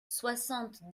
soixante